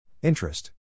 Interest